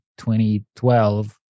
2012